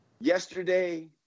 Yesterday